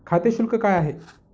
खाते शुल्क काय आहे?